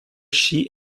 she